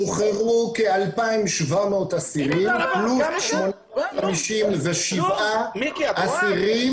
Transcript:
שוחררו כ-2,700 אסירים פלוס 857 אסירים